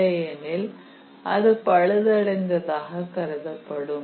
இல்லையெனில் அது பழுதடைந்த ஆக கருதப்படும்